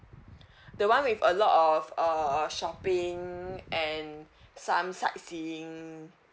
the one with a lot of uh shopping and some sightseeing